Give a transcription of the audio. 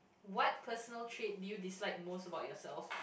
what personal trait did you dislike most about yourself